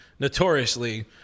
notoriously